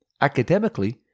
Academically